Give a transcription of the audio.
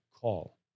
call